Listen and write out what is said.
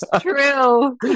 true